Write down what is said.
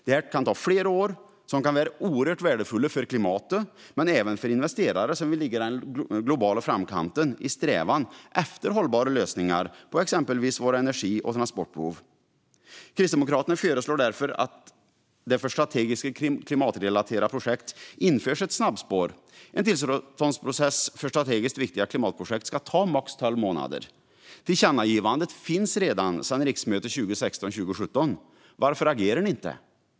Detta kan ta flera år - år som kan vara oerhört värdefulla för klimatet men även för investerare som vill ligga i den globala framkanten i strävan efter hållbara lösningar på exempelvis våra energi och transportbehov. Kristdemokraterna föreslår därför att det för strategiska klimatrelaterade projekt införs ett snabbspår. En tillståndsprocess för strategiskt viktiga klimatprojekt ska ta max 12 månader. Tillkännagivandet finns redan sedan riksmötet 2016/17. Varför agerar ni inte?